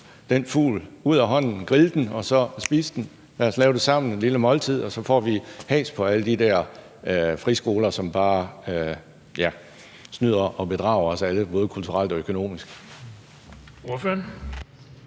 den fugl ud af hånden, grille den og så spise den? Lad os lave et lille måltid sammen, og så får vi has på de der friskoler, som bare – ja – snyder og bedrager os alle både kulturelt og økonomisk.